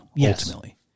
ultimately